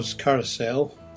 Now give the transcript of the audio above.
Carousel